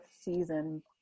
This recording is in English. season